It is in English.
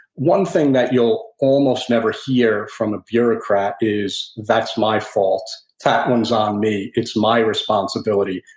one thing that you'll almost never hear from a bureaucrat is, that's my fault. that one's on me. it's my responsibility.